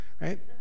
right